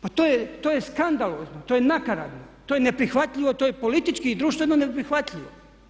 Pa to je skandalozno, to je nakaradno, to je neprihvatljivo, to je politički i društveno neprihvatljivo.